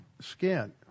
skin